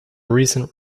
recent